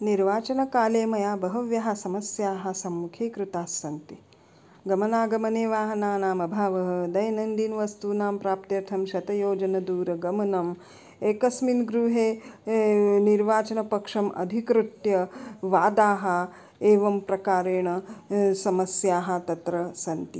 निर्वाचनकाले मया बह्व्यः समस्याः सम्मुखीकृतास्सन्ति गमनागमने वाहनानाम् अभावः दैनन्दिनवस्तूनां प्राप्त्यर्थं शतयोजनदूरगमनम् एकस्मिन् गृहे निर्वाचनपक्षम् अधिकृत्य बाधाः एवं प्रकारेण समस्याः तत्र सन्ति